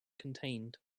contained